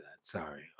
Sorry